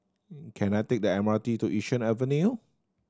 can I take the M R T to Yishun Avenue